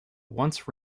once